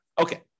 Okay